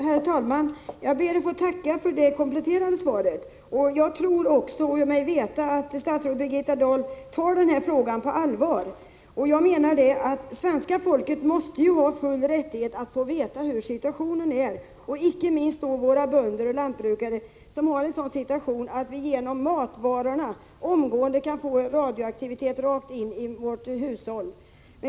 Herr talman! Jag ber att få tacka för det kompletterande svaret. Jag tror mig veta att statsrådet Birgitta Dahl tar den här frågan på allvar. Svenska folket måste ha full rättighet att få veta hurudan situationen är, inte minst våra bönder och lantbrukare. Situationen är sådan att vi genom matvarorna omedelbart kan få radioaktivitet rakt in i våra hushåll.